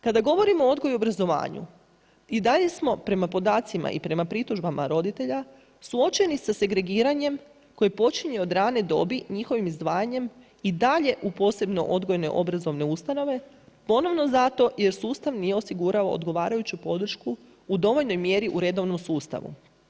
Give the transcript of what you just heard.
Kada govorimo o odgoju i obrazovanju, i dalje smo prema podacima i prema pritužbama roditelja suočeni sa segregiranjem koje počinje od radne dobi njihovim izdvajanjem i dalje u posebno odgojno obrazovne ustanove, ponovno zato, jer sustav nije osigurao odgovarajuću podršku u dovoljnoj mjeri u redovnom sustavu.